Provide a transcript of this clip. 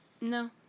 no